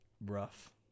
rough